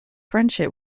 friendship